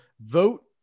vote